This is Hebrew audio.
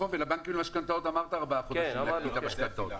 ולבנקים למשכנתאות אמרת ארבעה חודשים נקפיא את המשכנתאות.